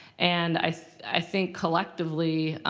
and i i think collectively,